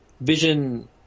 Vision